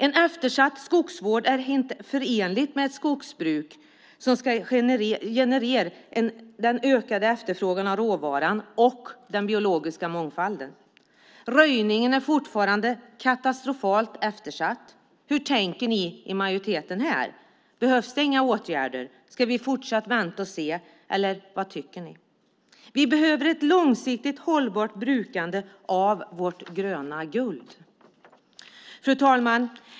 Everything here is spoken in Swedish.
En eftersatt skogsvård är inte förenlig med ett skogsbruk som ska generera ökad efterfrågan på råvara och värna den biologiska mångfalden. Röjningen är fortfarande katastrofalt eftersatt. Hur tänker ni i majoriteten här? Behövs det inga åtgärder? Ska vi fortsätta vänta och se, eller vad tycker ni? Vi behöver ett långsiktigt hållbart brukande av vårt gröna guld. Fru talman!